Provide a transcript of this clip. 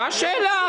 מה השאלה.